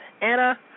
Anna